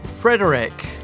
Frederick